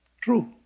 True